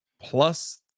plus